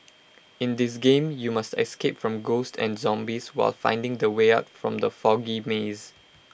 in this game you must escape from ghosts and zombies while finding the way out from the foggy maze